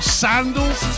sandals